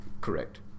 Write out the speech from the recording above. Correct